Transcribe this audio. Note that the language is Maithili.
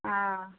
हँ